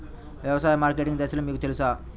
వ్యవసాయ మార్కెటింగ్ దశలు మీకు తెలుసా?